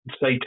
say